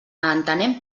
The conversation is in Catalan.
entenem